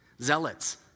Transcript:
Zealots